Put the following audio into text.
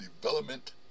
development